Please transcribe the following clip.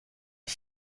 est